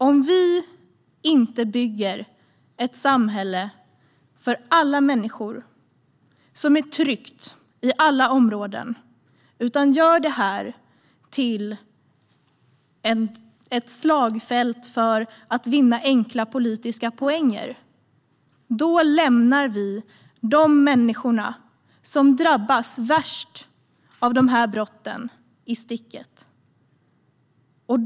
Om vi inte bygger ett samhälle för alla människor som är tryggt i alla områden utan gör det till ett slagfält för att vinna enkla politiska poänger lämnar vi de människor som drabbas värst av dessa brott i sticket.